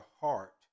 heart